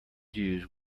used